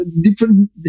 different